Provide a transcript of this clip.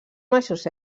majors